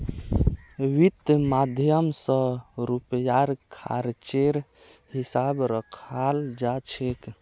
वित्त माध्यम स रुपयार खर्चेर हिसाब रखाल जा छेक